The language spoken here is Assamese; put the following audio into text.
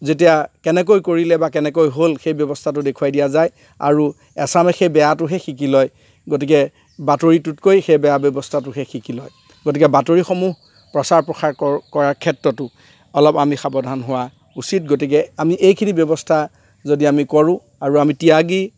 যেতিয়া কেনেকৈ কৰিলে বা কেনেকৈ হ'ল সেই ব্যৱস্থাটো দেখুৱাই দিয়া যায় আৰু এচামে সেই বেয়াটোহে শিকি লয় গতিকে বাতৰিটোতকৈ সেই বেয়া ব্যৱস্থাটোহে শিকি লয় গতিকে বাতৰিসমূহ প্ৰচাৰ প্ৰসাৰ কৰাৰ ক্ষেত্ৰতো অলপ আমি সাৱধান হোৱা উচিত গতিকে আমি এইখিনি ব্যৱস্থা যদি আমি কৰোঁ আৰু আমি ত্যাগি